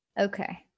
Okay